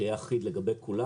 שיהיה אחיד לגבי כולם.